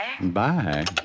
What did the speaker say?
Bye